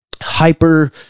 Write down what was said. hyper